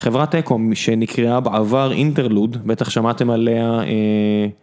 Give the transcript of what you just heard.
חברת אקו שנקראה בעבר אינטרלוד, בטח שמעתם עליה.